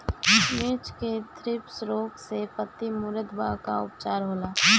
मिर्च मे थ्रिप्स रोग से पत्ती मूरत बा का उपचार होला?